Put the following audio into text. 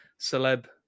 celeb